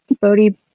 Bodhi